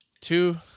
two